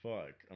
Fuck